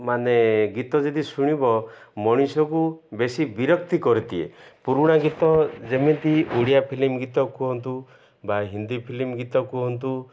ମାନେ ଗୀତ ଯଦି ଶୁଣିବ ମଣିଷକୁ ବେଶୀ ବିରକ୍ତି କରିଦିଏ ପୁରୁଣା ଗୀତ ଯେମିତି ଓଡ଼ିଆ ଫିଲିମ୍ ଗୀତ କୁହନ୍ତୁ ବା ହିନ୍ଦୀ ଫିଲିମ୍ ଗୀତ କୁହନ୍ତୁ